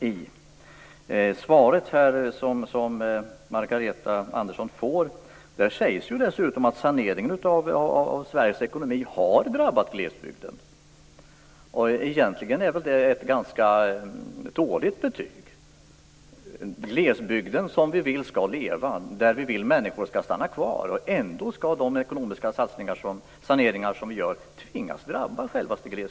I svaret som Margareta Andersson får sägs dessutom att saneringen av Sveriges ekonomi har drabbat glesbygden. Egentligen är väl det ett ganska dåligt betyg. Vi vill ju att glesbygden skall leva och att människor skall stanna kvar där, och ändå skall de ekonomiska saneringar som vi gör drabba glesbygden.